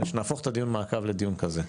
נהפוך את הדיון מעקב לדיון כזה.